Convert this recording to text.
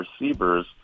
receivers